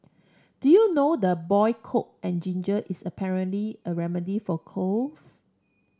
do you know the boiled coke and ginger is apparently a remedy for colds